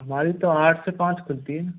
हमारी तो आठ से पाँच खुलती है